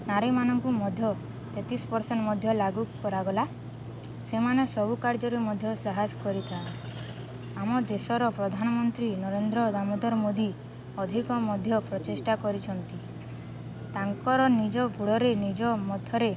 ନାରୀମାନଙ୍କୁ ମଧ୍ୟ ତେତିଶ ପରସେଣ୍ଟ ମଧ୍ୟ ଲାଗୁ କରାଗଲା ସେମାନେ ସବୁ କାର୍ଯ୍ୟରେ ମଧ୍ୟ ସାହସ କରିଥାନ୍ତି ଆମ ଦେଶର ପ୍ରଧାନମନ୍ତ୍ରୀ ନରେନ୍ଦ୍ର ଦାମୋଦର ମୋଦି ଅଧିକ ମଧ୍ୟ ପ୍ରଚେଷ୍ଟା କରିଛନ୍ତି ତାଙ୍କର ନିଜ ଗୋଡ଼ରେ ନିଜ ମଧ୍ୟରେ